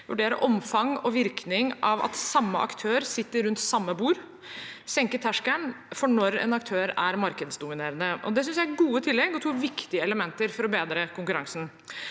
vurdere omfang og virkning av at samme aktør sitter rundt samme bord – senke terskelen for når en aktør er markedsdominerende Dette synes jeg er gode tillegg og to viktige elementer for å bedre konkurransen.